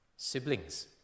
Siblings